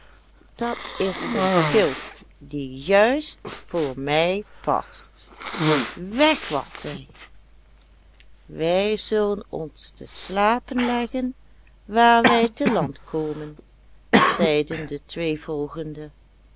dat is een schil die juist voor mij past weg was zij wij zullen ons te slapen leggen waar wij te land komen zeiden de twee volgende